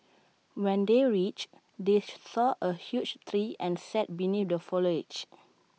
when they reached they saw A huge tree and sat beneath the foliage